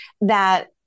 that-